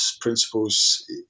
principles